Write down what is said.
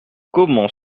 comment